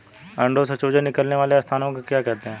अंडों से चूजे निकलने वाले स्थान को क्या कहते हैं?